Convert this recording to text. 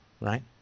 right